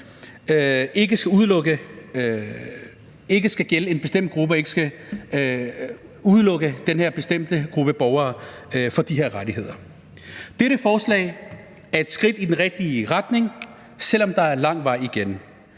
stille op til et valg – også skal gælde den her bestemte gruppe borgere; de skal også have de her rettigheder. Dette forslag er et skridt i den rigtige retning, selv om der er lang vej igen.